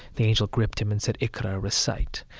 the angel gripped him and said, iqra, recite.